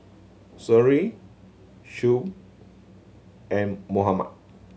Seri Shuib and Muhammad